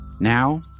Now